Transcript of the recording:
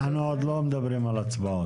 אנחנו עוד לא מדברים על הצבעות.